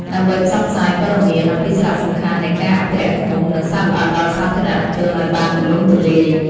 ដើម្បីផ្សព្វផ្សាយព័ត៌មានអំពីសារៈសំខាន់នៃការអភិរក្សឃ្មុំ និងសត្វល្អិតដល់សាធារណជនឱ្យបានទូលំទូលាយ។